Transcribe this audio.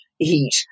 eat